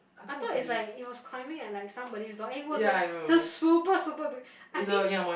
I thought it's like it was climbing at like somebody's door and it was the the super super big I think